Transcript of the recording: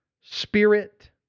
spirit